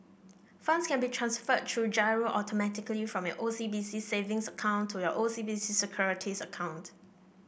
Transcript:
funds can be transferred through GIRO automatically from your O C B C Savings account to your O C B C Securities account